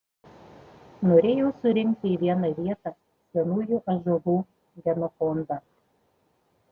norėjau surinkti į vieną vietą senųjų ąžuolų genofondą